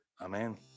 Amen